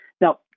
Now